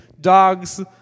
dogs